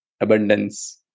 Abundance